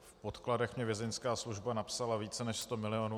V podkladech mi Vězeňská služba napsala více než 100 milionů.